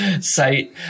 site